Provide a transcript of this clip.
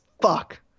Fuck